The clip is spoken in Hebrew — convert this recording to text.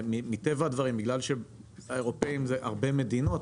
מטבע הדברים בגלל שאירופאים זה הרבה מדינות,